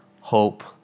hope